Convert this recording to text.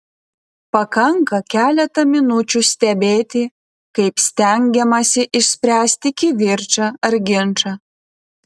pakanka keletą minučių stebėti kaip stengiamasi išspręsti kivirčą ar ginčą